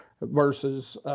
versus